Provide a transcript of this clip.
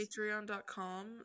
Patreon.com